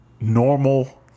normal-